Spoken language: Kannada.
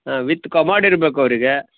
ಹಾಂ ವಿತ್ ಕಮೋಡ್ ಇರ್ಬೇಕು ಅವರಿಗೆ